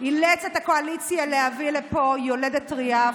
אילץ את הקואליציה להביא לפה יולדת טרייה.